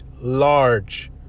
large